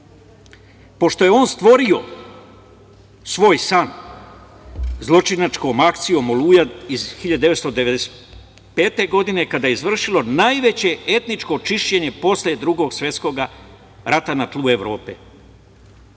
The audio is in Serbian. pošto je on stvorio svoj san, zločinačkom akcijom Oluja iz 1995. godine, kada je izvršeno najveće etničko čišćenje posle Drugog svetskog rata na tlu Evrope.